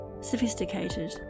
sophisticated